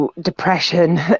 depression